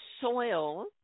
soil